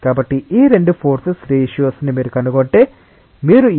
కాబట్టి ఈ రెండు ఫోర్సెస్ రేషియోని మీరు కనుగొంటే మీరు ఏమి పొందుతారుρVL